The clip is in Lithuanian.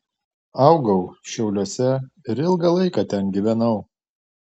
augau šiauliuose ir ilgą laiką ten gyvenau